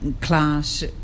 class